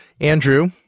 Andrew